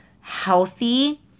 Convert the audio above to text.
healthy